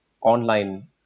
online